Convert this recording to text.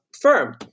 firm